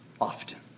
often